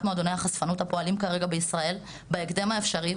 מועדוני החשפנות הפועלים כרגע בישראל בהקדם האפשרי,